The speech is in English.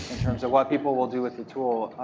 terms of what people will do with the tool.